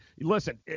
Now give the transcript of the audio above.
listen